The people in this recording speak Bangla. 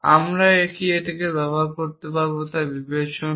আপনি এটি কি ব্যবহার করেন তা বিবেচ্য নয়